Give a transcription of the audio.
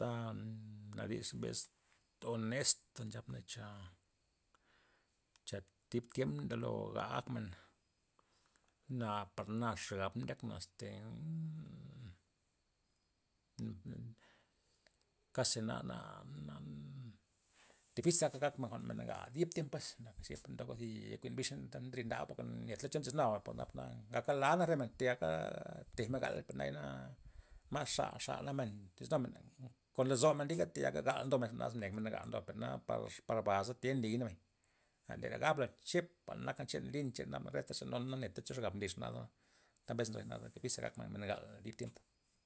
A na dis mbes honesto' nchabna cha cha tib tiemp ndabo ga' akmen, na parnax xabna ndyakna este nam kasi na- na- na takiza akmen jwa'n men gal dib tiemp pues, zipa ndob zi yaku'in mbixa ta nrid baba porke na nedla cho ndodisnua bapa nabana ngala la nak rer tayaga tejmen gal, per nayana mas xa- xa nak men ndo disnumen kon lozomen liga tayagal ndomen jwa'na negamen gal ndomen per par na per baza tien nliy nabay, a nera gabla chepa naka chepa nlyn che re ta xa nona mbay na ndedla cho xab nlix jwa'naza tame mbesna na men gal akmen dib tiemp.